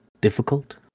difficult